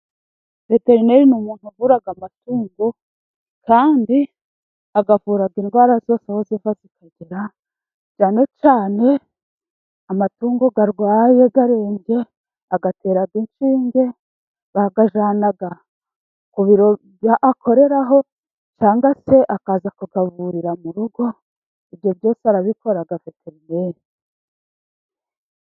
Veterineri n'umuntu uvura amatungo kandi akavura indwara zose aho ziva zikagera, cyane cyane amatungo arwaye arebye ayatera inshinge, bakayajyana ku birobye akoreraho cyangwa se akaza kuziavurira mu rugo ibyo byose arabikora veterineri.